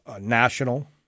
national